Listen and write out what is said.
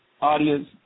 Audience